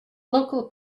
local